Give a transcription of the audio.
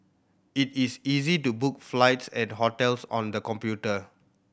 it is easy to book flights and hotels on the computer